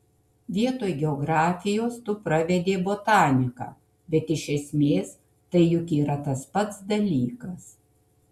vietoj geografijos tu pravedei botaniką bet iš esmės tai juk yra tas pats dalykas